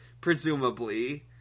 presumably